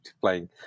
playing